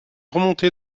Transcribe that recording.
remonter